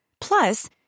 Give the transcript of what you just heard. Plus